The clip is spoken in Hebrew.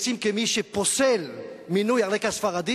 את משה נסים, כמי שפוסל מינוי על רקע ספרדי,